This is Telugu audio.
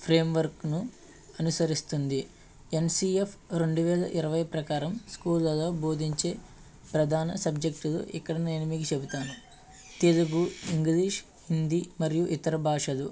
ఫ్రేమ్వర్క్ను అనుసరిస్తుంది ఎన్సిఎఫ్ రెండు వేల ఇరవై ప్రకారం స్కూళ్లలో భోదించే ప్రధాన సబ్జెక్టు ఇక్కడ నేను మీకు చెప్తాను తెలుగు ఇంగ్లీష్ హిందీ మరియు ఇతర భాషలు